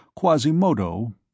Quasimodo